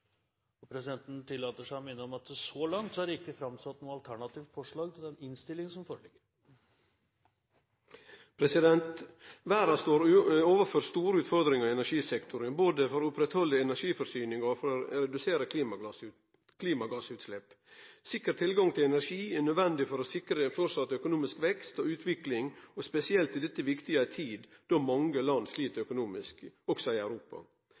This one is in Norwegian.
minutter. Presidenten tillater seg å minne om at så langt er det ikke framsatt noe alternativt forslag til den innstillingen som foreligger. Verda står overfor store utfordringar i energisektoren, både for å halde ved lag energiforsyninga og for å redusere klimagassutslepp. Sikker tilgang til energi er nødvendig for å sikre fortsatt økonomisk vekst og utvikling. Spesielt er dette viktig i ei tid då mange land slit økonomisk, også i Europa.